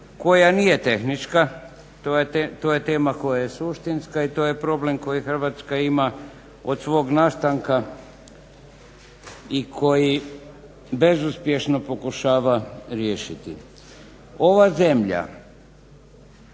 koja nije tehnička. To je tema koja je suštinska i to je problem koji Hrvatska ima od svog nastanka i koji bezuspješno pokušava riješiti. Ova zemlja